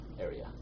area